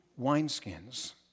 wineskins